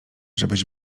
żebyś